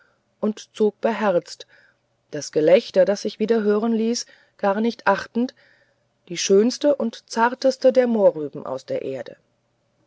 und zog beherzt das gelächter das sich wieder hören ließ gar nicht achtend die schönste die zarteste der mohrrüben aus der erde